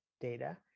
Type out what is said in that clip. data